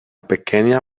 pequeña